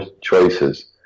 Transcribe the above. choices